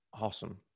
Awesome